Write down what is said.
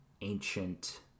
ancient